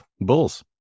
bulls